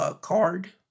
card